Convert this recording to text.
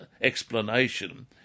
explanation